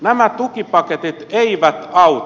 nämä tukipaketit eivät auta